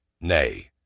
Nay